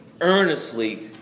earnestly